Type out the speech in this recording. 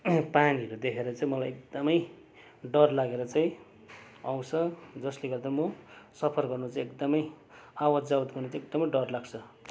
पानीहरू देखेर चाहिँ मलाई एकदमै डर लागेर चाहिँ आउँछ जसले गर्दा म सफर गर्नु चाहिँ एकदमै आवत जावत गर्नु चाहिँ एकदमै डर लाग्छ